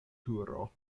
turo